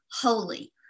holy